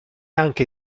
anche